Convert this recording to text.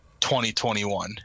2021